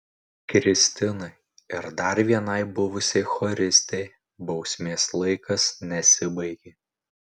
kristinai ir dar vienai buvusiai choristei bausmės laikas nesibaigė